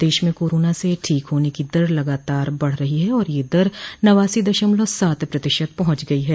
प्रदेश में कोरोना से ठीक होने की दर लगातार बढ़ रही है और यह दर नवासी दशमलव सात प्रतिशत पहुंच गई है